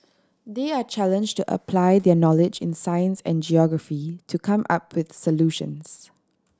they are challenged to apply their knowledge in science and geography to come up with solutions